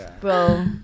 Bro